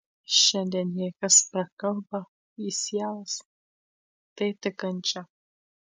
šiandien jei kas prakalba į sielas tai tik kančia